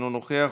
אינו נוכח,